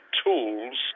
tools